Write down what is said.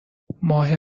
ماه